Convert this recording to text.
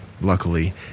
luckily